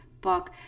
book